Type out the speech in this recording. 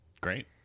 Great